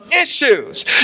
issues